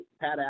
Pat